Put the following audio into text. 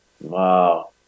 Wow